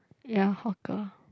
ya hawker